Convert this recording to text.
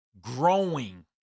growing